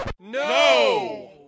No